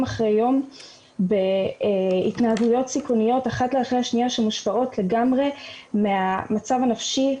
אחרי יום בהתנהגויות סיכוניות שמושפעות לגמרי מהמצב הנפשי